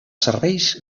serveis